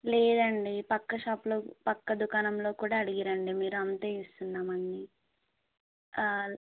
లేదండి పక్క షాపులో పక్క దూకాణంలో కూడా అడిగి రండి మీరు అంతే ఇస్తున్నాం అండి